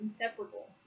inseparable